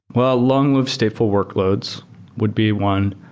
well, long-live stateful workloads would be one.